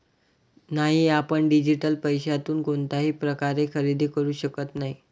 नाही, आपण डिजिटल पैशातून कोणत्याही प्रकारचे खरेदी करू शकत नाही